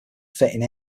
fitting